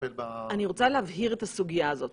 אני רוצה להבהיר את הסוגיה הזאת,